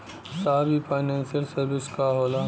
साहब इ financial service का होला?